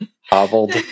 hobbled